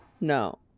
no